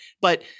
But-